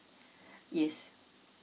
yes